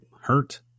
hurt